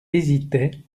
hésitait